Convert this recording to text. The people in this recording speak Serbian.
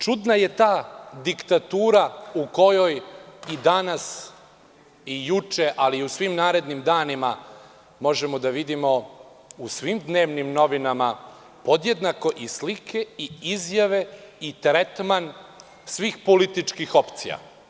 Čudna je ta diktatura u kojoj i danas i juče ali i u svim narednim danima možemo da vidimo u svim dnevnim novinama podjednako i slike i izjave i tretman svih političkih opcija.